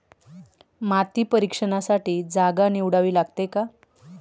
माती परीक्षणासाठी जागा निवडावी लागते का?